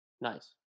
Nice